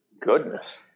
Goodness